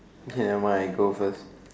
okay never mind I go first